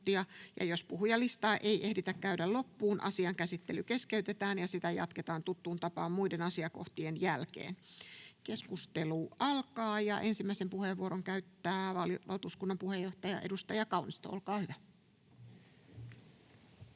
jos puhujalistaa ei ehditä käydä loppuun, asian käsittely keskeytetään ja sitä jatketaan tuttuun tapaan muiden asiakohtien jälkeen. — Keskustelu alkaa, ja ensimmäisen puheenvuoron käyttää valtuuskunnan puheenjohtaja, edustaja Kaunisto. Olkaa hyvä.